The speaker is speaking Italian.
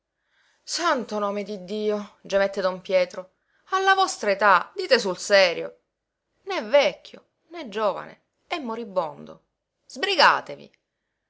santo nome di dio gemette don pietro alla vostra età dite sul serio né vecchio né giovane è moribondo sbrigatevi